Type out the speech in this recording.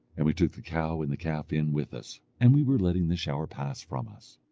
and we took the cow and the calf in with us, and we were letting the shower pass from us.